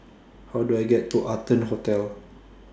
How Do I get to Arton Hotel